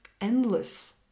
endless